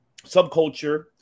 Subculture